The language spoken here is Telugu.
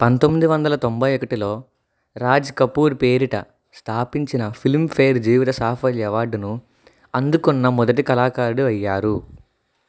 పంతొమ్మిదివందల తొంభై ఒకటిలో రాజ్కపూర్ పేరిట స్థాపించిన ఫిల్మ్ఫేర్ జీవిత సాఫల్య అవార్డును అందుకున్న మొదటి కళాకారుడు అయ్యారు